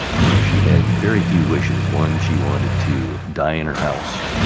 you know, she had very few wishes one, she wanted to die in her house,